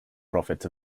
prophet